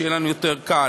שיהיה לנו יותר קל.